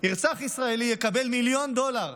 ירצח ישראלי, יקבל מיליון דולר,